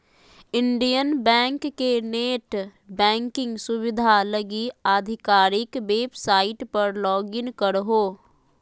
Indian Bank के net banking सुविधा लगी आधिकारिक वेबसाइट पर लॉगिन करहो